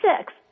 six